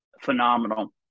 phenomenal